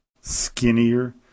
skinnier